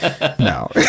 No